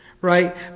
right